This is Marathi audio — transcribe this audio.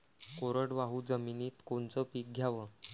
कोरडवाहू जमिनीत कोनचं पीक घ्याव?